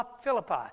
Philippi